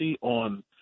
on